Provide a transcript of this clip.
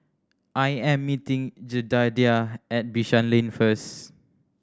I am meeting Jedidiah at Bishan Lane first